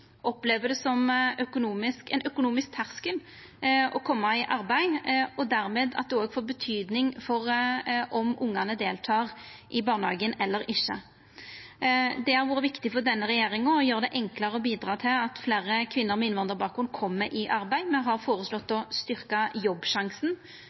opplever det som ein økonomisk terskel å koma i arbeid, og at det får betyding for om ungane deltek i barnehagen eller ikkje. Det har vore viktig for denne regjeringa å gjera det enklare å bidra til at fleire kvinner med innvandrarbakgrunn kjem i arbeid. Me har føreslått